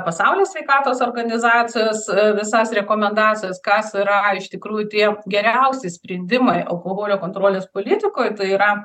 pasaulio sveikatos organizacijos visas rekomendacijas kas yra a iš tikrųjų tai jie geriausi sprendimai alkoholio kontrolės politikoj tai yra